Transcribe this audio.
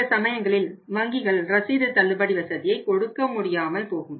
சில சமயங்களில் வங்கிகள் ரசீது தள்ளுபடி வசதியை கொடுக்க முடியாமல் போகும்